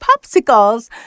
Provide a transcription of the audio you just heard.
popsicles